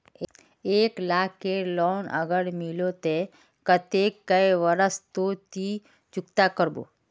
एक लाख केर लोन अगर लिलो ते कतेक कै बरश सोत ती चुकता करबो?